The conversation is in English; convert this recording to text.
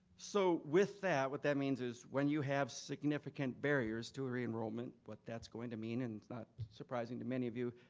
so with that, what that means is, when you have significant barriers to re-enrollment, what that's going to mean, and not surprising to many of you,